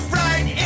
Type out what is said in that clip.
right